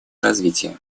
развития